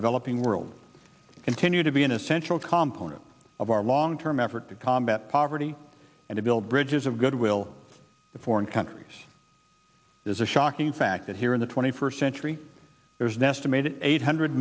developing world continue to be an essential component of our long term effort to combat poverty and to build bridges of goodwill to foreign countries is a shocking fact that here in the twenty first century there is an estimated eight hundred